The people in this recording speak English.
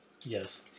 Yes